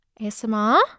ASMR